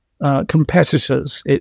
competitors